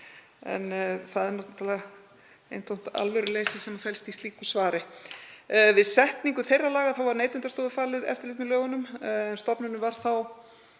en það er náttúrlega eintómt alvöruleysi sem felst í slíku svari. Við setningu þeirra laga var Neytendastofu falið eftirlit með lögunum. Stofnunin var þá